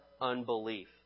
unbelief